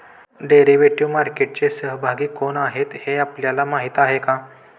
Derivative मार्केटचे सहभागी कोण आहेत हे आपल्याला माहित आहे का?